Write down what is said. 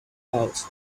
out